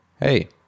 hey